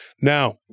Now